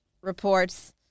reports